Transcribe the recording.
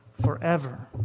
forever